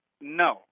No